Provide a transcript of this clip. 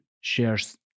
shares